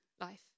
life